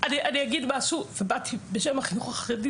אני אגיד משהו בשם החינוך החרדי.